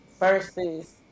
Versus